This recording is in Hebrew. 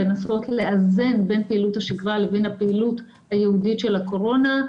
לנסות לאזן בין פעילות השגרה לבין הפעילות הייעודית של הקורונה,